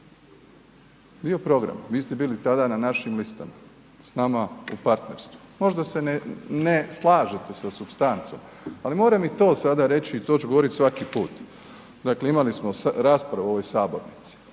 Dio programa, vi ste bili tada na našim listama. S nama u partnerstvu. Možda se ne slažete sa supstancom, ali moram i to sada reći i to ću govoriti svaki put. Dakle, imali smo raspravu u ovoj sabornici.